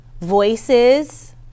Voices